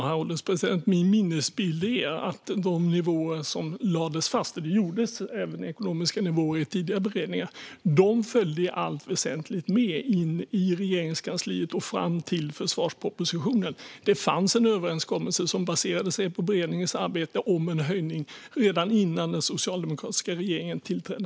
Herr ålderspresident! Min minnesbild är att de nivåer som lades fast - och det gjordes även ekonomiska nivåer i tidigare beredningar - i allt väsentligt följde med in i Regeringskansliet och fram till försvarspropositionen. Det fanns en överenskommelse som baserade sig på beredningens arbete om en höjning redan innan den socialdemokratiska regeringen tillträdde.